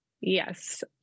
Yes